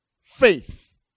faith